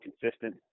consistent